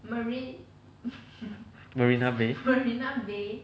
marina bay